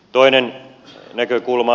toinen näkökulma